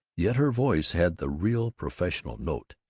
yet her voice had the real professional note.